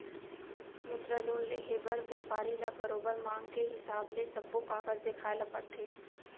मुद्रा लोन लेहे बर बेपारी ल बरोबर मांग के हिसाब ले सब्बो कागज देखाए ल परथे